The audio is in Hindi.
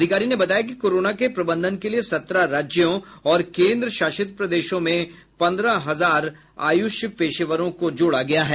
अधिकारी ने बताया कि कोरोना के प्रबंधन के लिए सत्रह राज्यों और केन्द्रशासित प्रदेशों में पन्द्रह हजार आयुष पेशेवरों को जोड़ा गया है